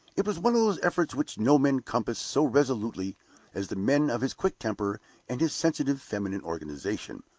it was one of those efforts which no men compass so resolutely as the men of his quick temper and his sensitive feminine organization.